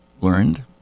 learned